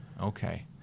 Okay